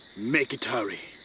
make it harry!